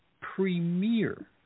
premier